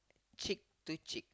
cheek to cheek